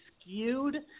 skewed –